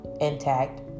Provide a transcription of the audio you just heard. intact